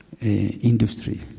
industry